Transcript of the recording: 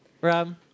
Rob